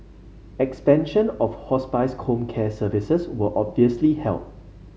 expansion of hospice home care services will obviously help